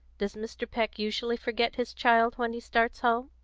does mr. peck usually forget his child when he starts home?